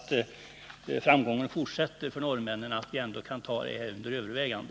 Om framgången fortsätter för norrmännen, hoppas jag att vi kan ta en försöksverksamhet i Sverige under övervägande.